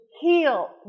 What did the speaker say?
heal